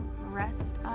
rest